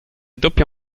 doppio